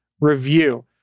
review